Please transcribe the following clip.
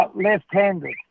left-handed